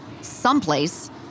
someplace